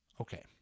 Okay